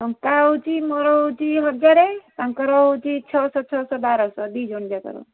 ଟଙ୍କା ହେଉଛି ମୋର ହେଉଛି ହଜାର ତାଙ୍କର ହେଉଛି ଛଅଶହ ଛଅଶହ ବାରଶହ ଦୁଇ ଜଣ ଯାକର